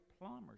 plumbers